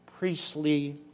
Priestly